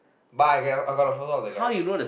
but I get I got the photo of the guy